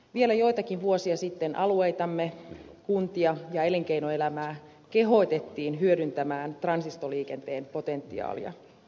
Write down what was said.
vielä joitakin vuosia sitten alueitamme kuntia ja elinkeinoelämää kehotettiin hyödyntämään transitoliikenteen potentiaalia